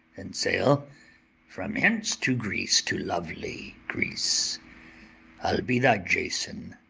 and sail from hence to greece, to lovely greece i'll be thy jason,